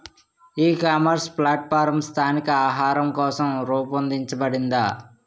ఈ ecommerce platform స్థానిక ఆహారం కోసం రూపొందించబడిందా?